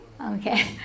Okay